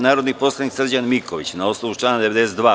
Narodni poslanik Srđan Miković, na osnovu člana 92.